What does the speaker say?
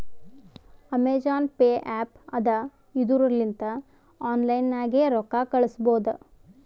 Amazon pay app ಅದಾ ಇದುರ್ ಲಿಂತ ಆನ್ಲೈನ್ ನಾಗೆ ರೊಕ್ಕಾ ಕಳುಸ್ಬೋದ